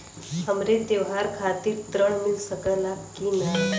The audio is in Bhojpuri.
हमके त्योहार खातिर त्रण मिल सकला कि ना?